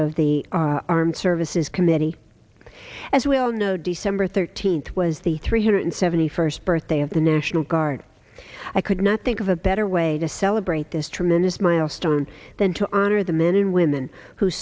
of the armed services committee as we all know december thirteenth was the three hundred seventy first birthday of the national guard i could not think of a better way to celebrate this tremendous milestone than to honor the men and women who